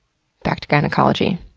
back to gynecology.